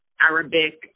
Arabic